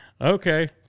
Okay